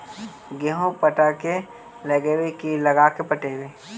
गेहूं पटा के लगइबै की लगा के पटइबै?